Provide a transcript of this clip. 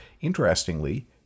interestingly